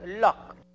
luck